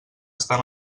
estan